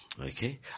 Okay